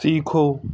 सीखो